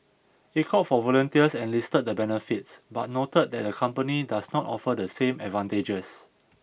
it called for volunteers and listed the benefits but noted that the company does not offer the same advantages